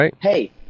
Hey